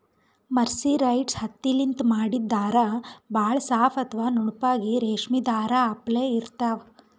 mercerised ಹತ್ತಿಲಿಂತ್ ಮಾಡಿದ್ದ್ ಧಾರಾ ಭಾಳ್ ಸಾಫ್ ಅಥವಾ ನುಣುಪಾಗಿ ರೇಶ್ಮಿ ಧಾರಾ ಅಪ್ಲೆ ಇರ್ತಾವ್